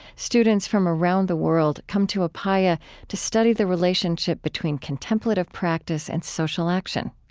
students from around the world come to upaya to study the relationship between contemplative practice and social action.